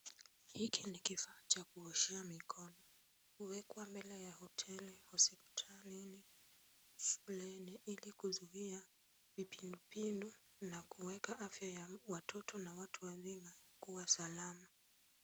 Hiki ni kifaa cha kuoshea mikono. Huwekwa mbele ya hoteli, hospitalini, shuleni ili kuzuia vipiindupindu na kuweka afya ya watoto na watu wazima kuwa salama.